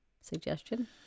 suggestion